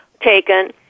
taken